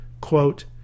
quote